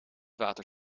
water